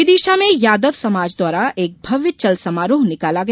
विदिशा में यादव समाज द्वारा एक भव्य चल समारोह निकाला गया